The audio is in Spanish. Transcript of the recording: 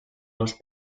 dos